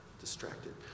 distracted